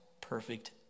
perfect